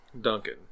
Duncan